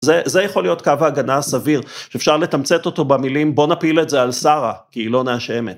זה יכול להיות קו ההגנה הסביר, שאפשר לתמצת אותו במילים, בוא נפיל את זה על שרה, כי היא לא נאשמת.